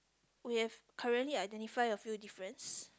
we have currently identify a few difference